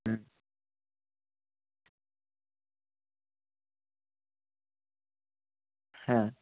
হুম হ্যাঁ